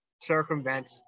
circumvent